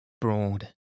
broad